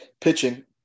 pitching